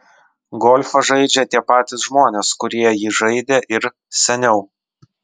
golfą žaidžia tie patys žmonės kurie jį žaidė ir seniau